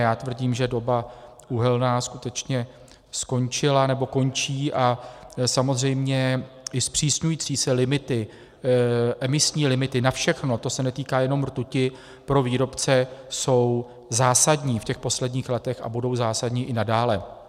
Já tvrdím, že doba uhelná skutečně skončila nebo končí, a samozřejmě i zpřísňující se limity, emisní limity na všechno, to se netýká jenom rtuti, pro výrobce jsou zásadní v těch posledních letech a budou zásadní i nadále.